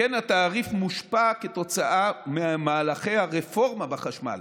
כמו כן התעריף מושפע ממהלכי הרפורמה בחשמל.